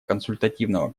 консультативного